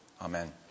Amen